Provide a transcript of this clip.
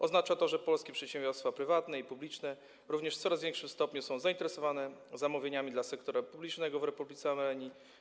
Oznacza to, że polskie przedsiębiorstwa prywatne i publiczne również w coraz większym stopniu są zainteresowane zamówieniami dla sektora publicznego w Republice Armenii.